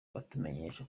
batumenyesha